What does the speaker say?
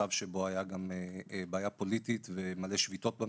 במצב שבו היתה גם בעיה פוליטית ומלא שביתות במשק.